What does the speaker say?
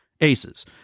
aces